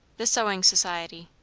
the sewing society.